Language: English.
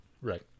right